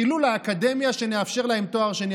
חילול האקדמיה שנאפשר להם תואר שני.